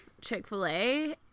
Chick-fil-A